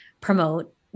promote